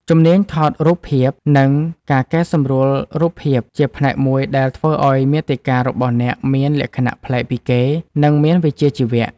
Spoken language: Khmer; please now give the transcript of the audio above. ជំនាញថតរូបភាព និងការកែសម្រួលរូបភាព ជាផ្នែកមួយដែលធ្វើឱ្យមាតិការបស់អ្នកមានលក្ខណៈប្លែកពីគេ និងមានវិជ្ជាជីវៈ។